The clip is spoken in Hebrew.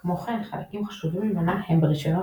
כמו כן חלקים חשובים ממנה הם ברישיונות